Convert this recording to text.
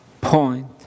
point